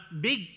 big